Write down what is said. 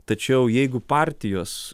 tačiau jeigu partijos